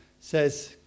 says